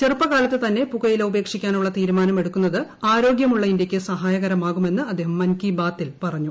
ചെറുപ്പകാലത്ത് തന്നെ പുകയില ഉപേക്ഷിക്കാനുള്ള തീരുമാനം എടുക്കുന്നത് ആരോഗ്യമുള്ള ഇന്ത്യക്ക് സഹായകരമാകുമെന്ന് അദ്ദേഹം മൻ കീ ബാത്തിൽ പറഞ്ഞു